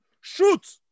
Shoot